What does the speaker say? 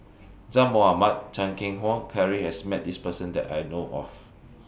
Zaqy Mohamad Chan Keng Howe Carry has Met This Person that I know of